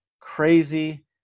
crazy